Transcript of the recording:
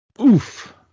Oof